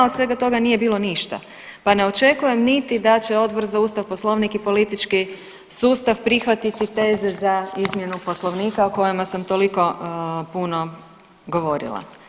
Od svega toga nije bilo ništa, pa ne očekujem niti da će Odbor za Ustav, Poslovnik i politički sustav prihvatiti teze za izmjenu Poslovnika o kojima sam toliko puno govorila.